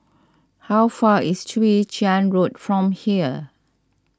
how far is Chwee Chian Road from here